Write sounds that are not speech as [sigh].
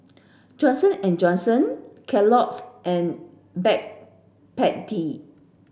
Johnson and Johnson Kellogg's and [unintelligible]